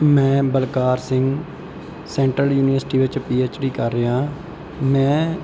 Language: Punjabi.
ਮੈਂ ਬਲਕਾਰ ਸਿੰਘ ਸੈਂਟਰਲ ਯੂਨੀਵਰਸਿਟੀ ਵਿੱਚ ਪੀ ਐਚ ਡੀ ਕਰ ਰਿਹਾ ਮੈਂ